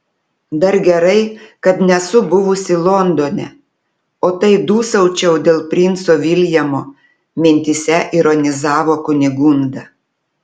dar gerai kad nesu buvusi londone o tai dūsaučiau dėl princo viljamo mintyse ironizavo kunigunda